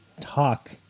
talk